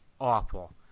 awful